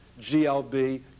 GLB